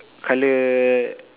colour